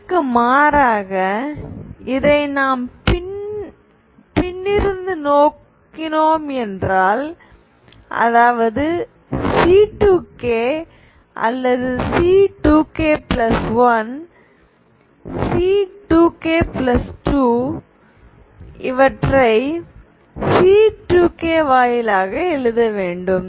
இதற்கு மாறாக இதை நாம் பின்னிருந்து நோக்கினோம் என்றால் அதாவது C2k அல்லது C2k1 C2k2 ஐ C2k வாயிலாக எழுத வேண்டும்